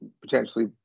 potentially